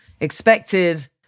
expected